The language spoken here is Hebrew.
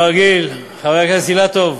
כרגיל, חבר הכנסת אילטוב,